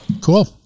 cool